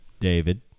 david